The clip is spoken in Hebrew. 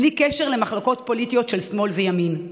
בלי קשר למחלוקות פוליטיות של שמאל וימין.